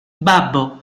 babbo